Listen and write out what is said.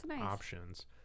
options